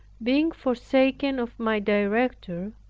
being forsaken of my director,